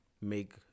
make